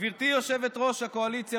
גברתי יושבת-ראש הקואליציה,